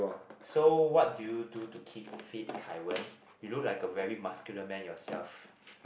so what do you do to keep fit Kai-Wen you look like a very muscular man yourself